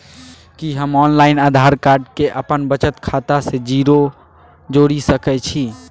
कि हम online Aadhaar card के अपन बचत खाता से जोरि सकै छी?